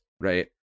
right